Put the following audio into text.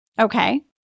Okay